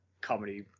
comedy